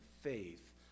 faith